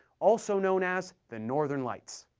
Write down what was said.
also known as the northern lights.